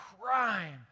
crime